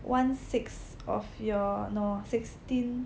one sixth of your no sixteenth